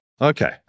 Okay